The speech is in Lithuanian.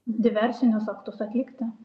diversinius aktus atlikti